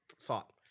thought